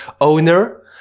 owner